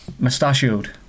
Mustachioed